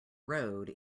road